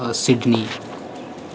आ सिडनी